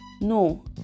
No